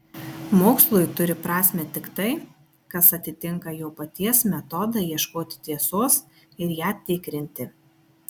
mokslui turi prasmę tik tai kas atitinka jo paties metodą ieškoti tiesos ir ją tikrinti